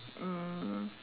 mm